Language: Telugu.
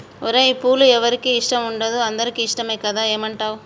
ఓరై పూలు ఎవరికి ఇష్టం ఉండదు అందరికీ ఇష్టమే కదా ఏమంటావ్